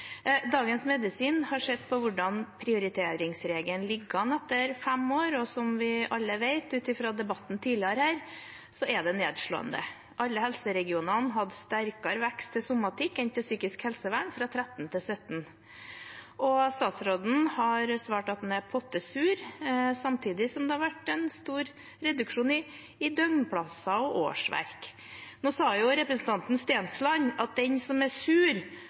Dagens Medisin har sett på hvordan prioriteringsregelen ligger an etter fem år, og som vi alle vet – ut fra debatten her tidligere – er det nedslående. Alle helseregionene hadde sterkere vekst i somatikk enn i psykisk helsevern fra 2013 til 2017. Statsråden har svart at han er pottesur, samtidig som det har vært en stor reduksjon i antall døgnplasser og årsverk. Nå sa representanten Stensland at den som er sur,